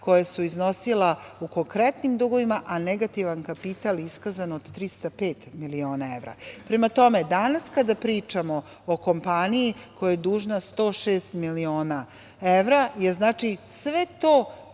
koja su iznosila u konkretnim dugovima, a negativan kapital iskazan od 305 miliona evra. Prema tome, danas kada pričamo o kompaniji koja je dužna 106 miliona evra, je znači sve to